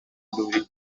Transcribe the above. wundi